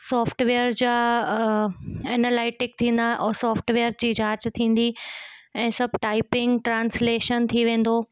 software जा analytic थींदा ओ सॉफ्टवेअर जी जाच थींदी ऐं सभु टाइपिंग ट्रांस्लेशन थी वेंदो